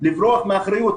לברוח מאחריות.